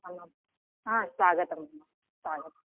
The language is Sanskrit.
आमां स्वागतं स्वागतम्